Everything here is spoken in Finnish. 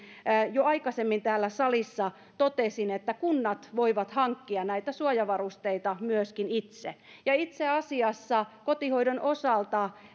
jo aikaisemmin täällä salissa totesin että kunnat voivat hankkia näitä suojavarusteita myöskin itse itse asiassa kotihoidon osalta